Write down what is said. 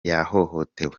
yahohotewe